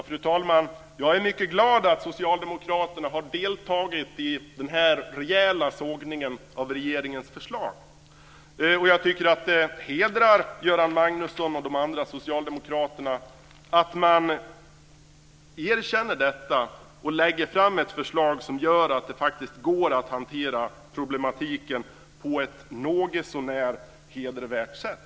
Fru talman! Jag är mycket glad över att socialdemokraterna har deltagit i den här rejäla sågningen av regeringens förslag. Det hedrar Göran Magnusson och de andra socialdemokraterna att man erkänner detta och lägger fram ett förslag som gör att det faktiskt går att hantera problematiken på ett någotsånär hedervärt sätt.